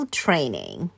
training